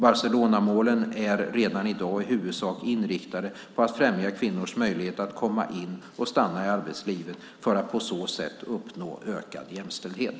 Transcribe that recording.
Barcelonamålen är redan i dag i huvudsak inriktade på att främja kvinnors möjligheter att komma in i och stanna i arbetslivet för att på så sätt uppnå ökad jämställdhet.